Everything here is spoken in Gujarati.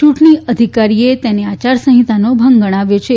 ચૂંટણી અધિકારીએ તેને આચારસંહિતાનો ભંગ ગણાવ્યો છે